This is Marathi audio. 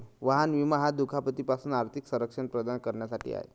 वाहन विमा हा दुखापती पासून आर्थिक संरक्षण प्रदान करण्यासाठी आहे